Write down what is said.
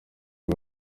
y’i